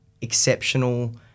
exceptional